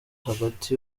hagati